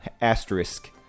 asterisk